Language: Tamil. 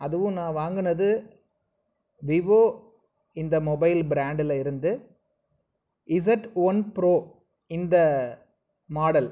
அதுவும் நான் வாங்கினது விவோ இந்த மொபைல் ப்ராண்டில் இருந்து இசட் ஒன் ப்ரோ இந்த மாடல்